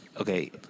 Okay